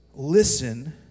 Listen